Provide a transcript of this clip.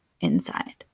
inside